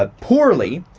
ah poorly.